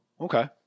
okay